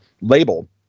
label